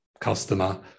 customer